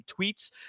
tweets